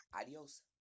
Adios